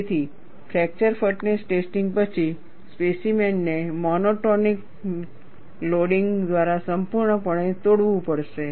તેથી fracture toughness testing પછી specimen ને મોનોટોનિક લોડિંગ દ્વારા સંપૂર્ણપણે તોડવું પડશે